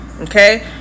Okay